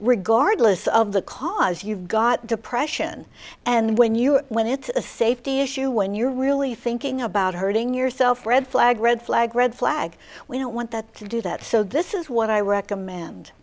regardless of the cause you've got depression and when you when it's a safety issue when you're really thinking about hurting yourself red flag red flag red flag we don't want that to do that so this is what i recommend